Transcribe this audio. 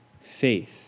faith